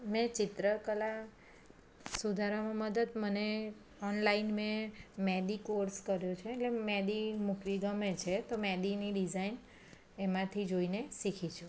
મેં ચિત્રકલા સુધારવામાં મદદ મને ઓનલાઈન મેં મહેંદી કોર્ષ કર્યો છે એટલે મહેંદી મૂકવી ગમે છે તો મહેંદીની ડિઝાઇન એમાંથી જોઈને શીખી છું